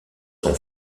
son